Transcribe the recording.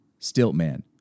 Stiltman